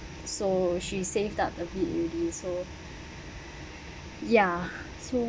so she saved up a bit already so ya so